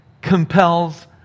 compels